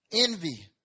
Envy